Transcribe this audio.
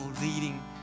leading